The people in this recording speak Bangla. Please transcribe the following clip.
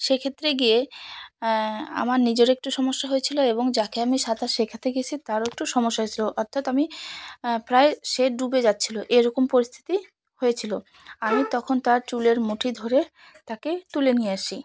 সেক্ষেত্রে গিয়ে আমার নিজের একটু সমস্যা হয়েছিলো এবং যাকে আমি সাঁতার শেখাতে গিয়েছি তারও একটু সমস্যা হয়েছিলো অর্থাৎ আমি প্রায় সে ডুবে যাচ্ছিলো এরকম পরিস্থিতি হয়েছিলো আমি তখন তার চুলের মুঠি ধরে তাকে তুলে নিয়ে আসি